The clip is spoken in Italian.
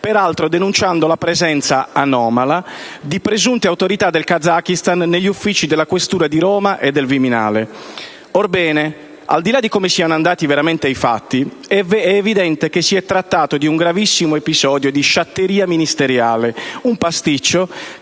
peraltro denunciando la presenza «anomala» di presunte autorità del Kazakistan negli uffici della questura di Roma e del Viminale. Orbene, al di là di come siano andati veramente i fatti, è evidente che si è trattato di un gravissimo episodio di «sciatteria ministeriale», un «pasticcio»